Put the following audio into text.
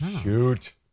shoot